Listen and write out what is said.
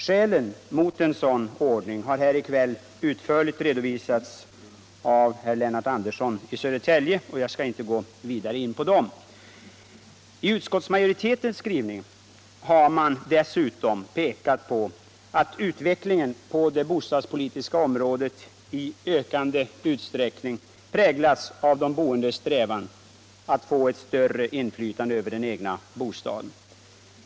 Skälen mot en sådan ordning har i kväll utförligt redovisats av herr Andersson i Södertälje, och jag skall inte ytterligare gå in på dessa. I utskottsmajoritetens skrivning har man dessutom pekat på att utvecklingen på det bostadspolitiska området i ökad utsträckning präglas av de boendes strävan att få ett större inflytande över den egna bostaden.